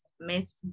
Miss